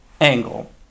angle